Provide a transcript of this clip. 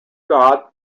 god